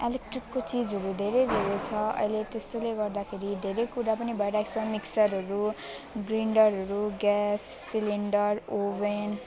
इलेक्ट्रिकको चिजहरू धेरै धेरै छ अहिले त्यसैले गर्दाखेरि धेरै कुरा पनि भइरहेको छ मिक्सरहरू ग्रिन्डरहरू ग्यास सिलिन्डर ओभन